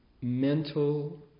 mental